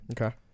Okay